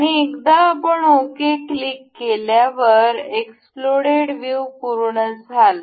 आणि एकदा आपण ओके क्लिक केल्यावर एक्सप्लोड व्ह्यू पूर्ण झाला